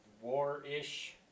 war-ish